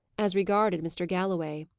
as regarded mr. galloway.